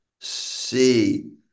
see